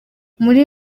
muri